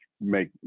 make